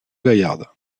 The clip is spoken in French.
gaillarde